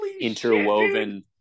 interwoven